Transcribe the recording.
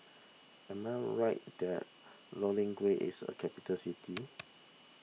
am I right that is a capital city